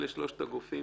אלה שלושת הגופים